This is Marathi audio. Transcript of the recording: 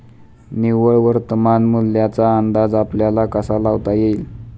निव्वळ वर्तमान मूल्याचा अंदाज आपल्याला कसा लावता येईल?